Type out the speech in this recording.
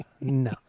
No